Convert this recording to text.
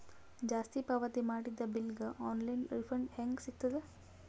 ಜಾಸ್ತಿ ಪಾವತಿ ಮಾಡಿದ ಬಿಲ್ ಗ ಆನ್ ಲೈನ್ ರಿಫಂಡ ಹೇಂಗ ಸಿಗತದ?